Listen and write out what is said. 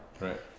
right